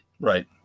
Right